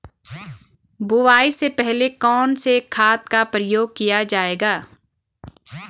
बुआई से पहले कौन से खाद का प्रयोग किया जायेगा?